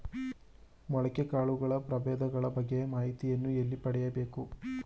ಮೊಳಕೆ ಕಾಳುಗಳ ಪ್ರಭೇದಗಳ ಬಗ್ಗೆ ಮಾಹಿತಿಯನ್ನು ಎಲ್ಲಿ ಪಡೆಯಬೇಕು?